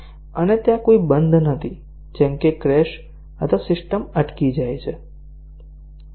અને ત્યાં કોઈ બંધ નથી જેમ કે ક્રેશ અથવા સિસ્ટમ અટકી જાય છે